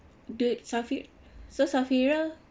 do it safir~ so safira